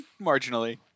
Marginally